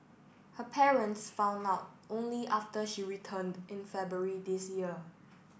her parents found out only after she returned in February this year